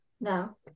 no